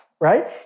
right